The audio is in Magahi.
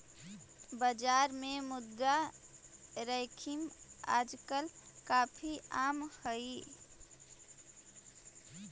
बाजार में मुद्रा जोखिम आजकल काफी आम हई